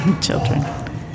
Children